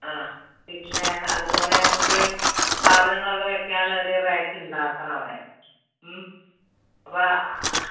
ആ പിന്നെ അതുപോലെ നമുക്ക് സാധനങ്ങൾ ഒക്കെ വയ്ക്കാനുള്ളൊരു റാക്ക് ഉണ്ടാക്കണം അവിടെ ഉം അപ്പം